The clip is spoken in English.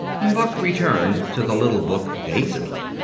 buck returned to the little book dazedly.